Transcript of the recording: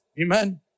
Amen